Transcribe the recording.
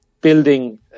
building